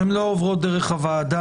הן לא עוברות דרך הוועדה.